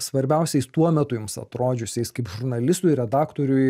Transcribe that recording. svarbiausiais tuo metu jums atrodžiusias kaip žurnalistui redaktoriui